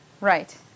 Right